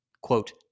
quote